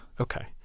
Okay